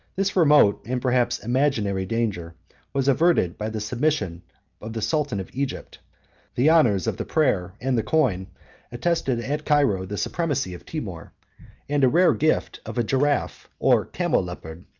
this remote, and perhaps imaginary, danger was averted by the submission of the sultan of egypt the honors of the prayer and the coin attested at cairo the supremacy of timour and a rare gift of a giraffe, or camelopard,